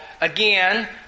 again